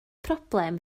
problem